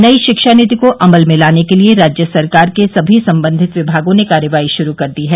नई शिक्षा नीति को अमल में लाने के लिये राज्य सरकार के समी संबंधित विभागों ने कार्रवाई शुरू कर दी है